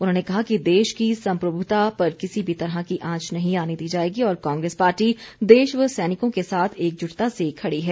उन्होंने कहा कि देश की सम्प्रभुता पर किसी भी तरह की आंच नहीं आने दी जाएगी और कांग्रेस पार्टी देश व सैनिकों के साथ एकजुटता से खड़ी है